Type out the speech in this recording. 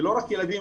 ולא רק ילדים,